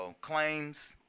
claims